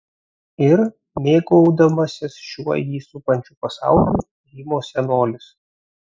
ir mėgaudamasis šiuo jį supančiu pasauliu rymo senolis